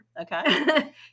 okay